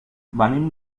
venim